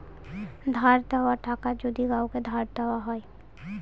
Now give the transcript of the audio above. ধার দেওয়া টাকা যদি কাওকে ধার দেওয়া হয়